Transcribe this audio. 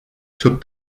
took